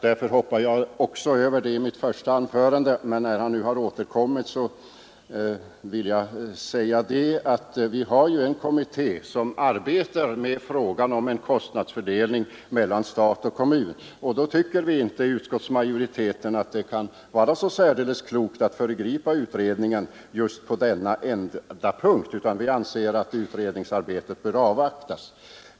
Därför hoppade jag också över den i mitt första anförande, men när herr Olsson nu har återkommit vill jag säga att vi har en kommitté som arbetar med frågan om en kostnadsfördelning mellan stat och kommun, och då tycker vi i utskottsmajoriteten inte att det kan vara särskilt klokt att föregripa utredningen på just denna enda punkt, utan vi anser att utredningsarbetet bör avvaktas.